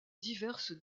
diverses